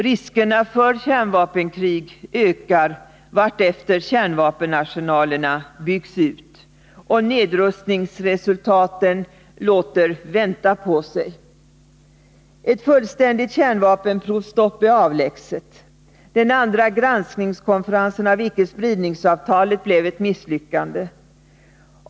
Riskerna för kärnvapenkrig ökar allteftersom kärnvapenarsenalerna byggs ut. Och nedrustningsresultaten låter vänta på sig. Ett fullständigt kärnvapenprovstopp är avlägset. Den andra granskningskonferensen av icke-spridningsavtalet blev ett misslyckande.